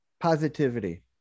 Positivity